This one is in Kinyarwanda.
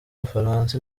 bufaransa